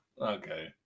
okay